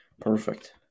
Perfect